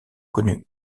connue